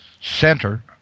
center